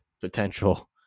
potential